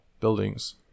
buildings